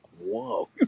whoa